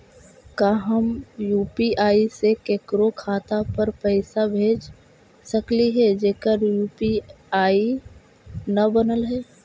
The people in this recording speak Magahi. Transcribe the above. का हम यु.पी.आई से केकरो खाता पर पैसा भेज सकली हे जेकर यु.पी.आई न बनल है?